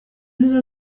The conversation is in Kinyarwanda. nizo